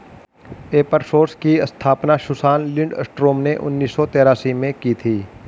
एपर सोर्स की स्थापना सुसान लिंडस्ट्रॉम ने उन्नीस सौ तेरासी में की थी